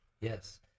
yes